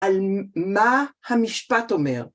על מה המשפט אומר.